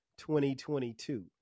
2022